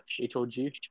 H-O-G